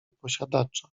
posiadacza